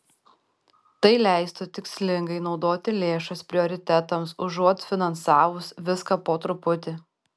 tai leistų tikslingai naudoti lėšas prioritetams užuot finansavus viską po truputį